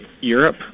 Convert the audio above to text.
Europe